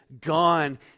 gone